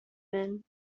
men